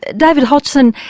david hodgson,